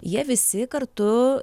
jie visi kartu